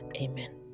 Amen